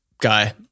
guy